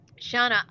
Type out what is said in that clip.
Shauna